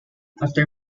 after